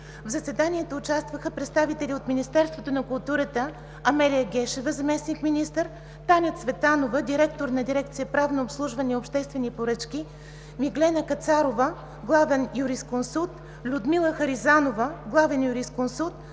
В заседанието участваха представители от Министерството на културата: Амелия Гешева – заместник-министър; Таня Цветанова – директор на Дирекция „Правно обслужване и обществени поръчки“; Миглена Кацарова – главен юрисконсулт; Людмила Харизанова – главен юрисконсулт;